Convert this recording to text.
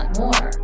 more